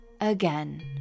Again